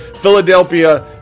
philadelphia